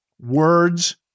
Words